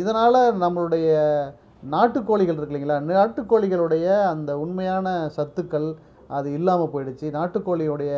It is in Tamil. இதனால் நம்மளுடைய நாட்டு கோழிகள் இருக்கு இல்லைங்களா நாட்டு கோழிகளுடைய அந்த உண்மையான சத்துக்கள் அது இல்லாமல் போயிடுச்சி நாட்டு கோழி உடைய